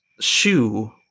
shoe